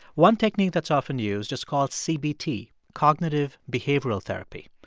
one technique that's often used is called cbt, cognitive behavioral therapy.